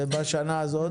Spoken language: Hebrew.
ובשנה הזאת?